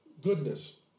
goodness